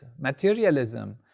materialism